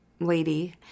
lady